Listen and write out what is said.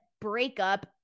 breakup